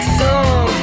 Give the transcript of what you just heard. song